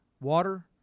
water